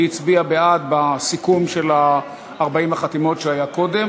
היא הצביעה בעד בסיכום של דיון 40 החתימות שהיה קודם.